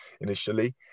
initially